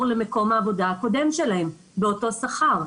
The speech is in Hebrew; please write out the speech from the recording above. למקום העבודה הקודם שלהם באותו שכר,